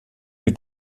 mit